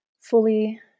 fully